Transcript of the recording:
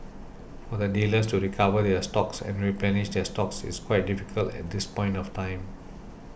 for the dealers to recover their stocks and replenish their stocks is quite difficult at this point of time